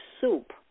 soup